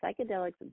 psychedelics